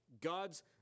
God's